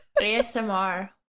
asmr